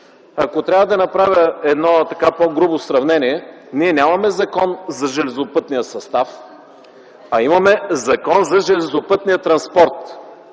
Ако трябва да направя едно по-грубо сравнение, то ние нямаме Закон за железопътния състав, а Закон за железопътния транспорт.